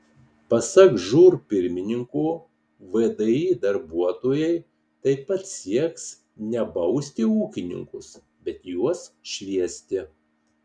pasak žūr pirmininko vdi darbuotojai taip pat sieks ne bausti ūkininkus bet juos šviesti